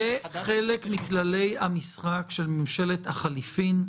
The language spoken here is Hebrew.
זה חלק מכללי המשחק של ממשלת החילופים,